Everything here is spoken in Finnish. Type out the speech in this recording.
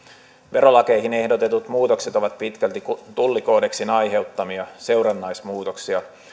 verolakeihin ehdotetut muutokset ovat pitkälti tullikoodeksin aiheuttamia seurannaismuutoksia